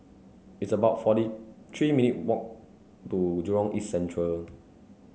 it's about forty three minutes' walk to Jurong East Central